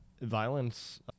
violence